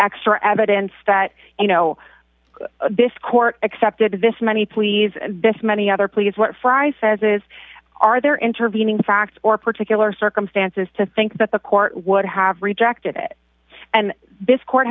extra evidence that you know this court accepted this money please this many other places what frye's says is are there intervening facts or particular circumstances to think that the court would have rejected it and based court